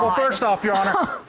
first off, your honor,